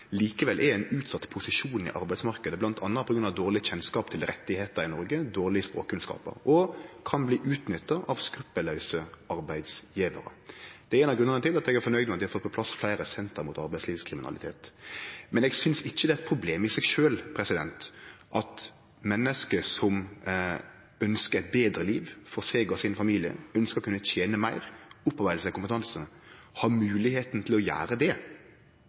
likevel er i ein utsett posisjon i arbeidsmarknaden, bl.a. på grunn av dårleg kjennskap til rettar i Noreg og dårlege språkkunnskapar, og kan bli utnytta av skruppellause arbeidsgjevarar. Det er ein av grunnane til at eg er fornøgd med at vi har fått på plass fleire senter mot arbeidslivskriminalitet. Men eg synest ikkje det er eit problem i seg sjølv at menneske som ønskjer eit betre liv for seg og sin familie, som ønskjer å kunne tene meir, opparbeide seg kompetanse, har moglegheita til å gjere det